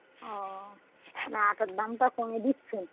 ও মানে আটার দামটা কমে দিচ্ছেন